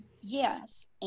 Yes